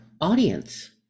audience